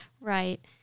Right